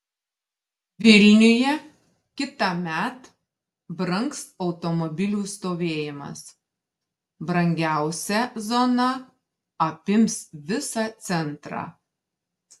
vilniuje kitąmet brangs automobilių stovėjimas brangiausia zona apims visą centrą